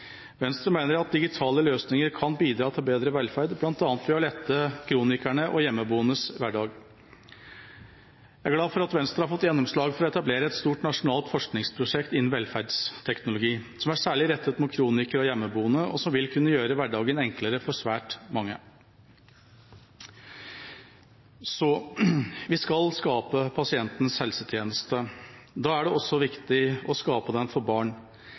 Venstre mener at digitale løsninger kan bidra til bedre velferd, bl.a. ved å lette kronikernes og hjemmeboendes hverdag. Jeg er glad for at Venstre har fått gjennomslag for å etablere et stort nasjonalt forskningsprosjekt innen velferdsteknologi som er særlig rettet mot kronikere og hjemmeboende, og som vil kunne gjøre hverdagen enklere for svært mange. Vi skal skape pasientens helsetjeneste. Da er det også viktig å skape den tjenesten for barn.